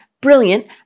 brilliant